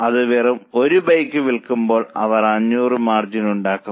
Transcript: അവർ വെറും 1 ബൈക്ക് വിൽക്കുമ്പോൾ അവർ 500 മാർജിൻ ഉണ്ടാക്കും